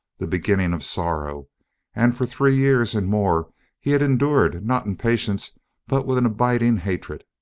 the beginning of sorrow and for three years and more he had endured not in patience but with an abiding hatred.